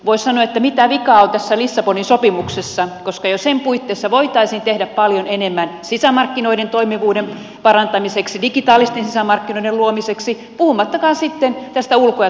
voisi sanoa että mitä vikaa on tässä lissabonin sopimuksessa koska jo sen puitteissa voitaisiin tehdä paljon enemmän sisämarkkinoiden toimivuuden parantamiseksi digitaalisten sisämarkkinoiden luomiseksi puhumattakaan sitten tästä ulko ja turvallisuuspolitiikasta